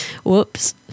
Whoops